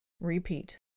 Repeat